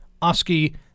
Oski